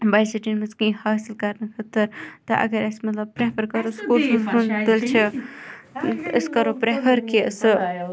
بَجہِ سِٹِی مَنٛز کینٛہہ حٲصِل کَرنہٕ خٲطرٕ اَگَر اَسہِ مَطلَب پریٚفَر کَرَو أسۍ کَرَو پریٚفَر کہِ سُہ